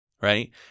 right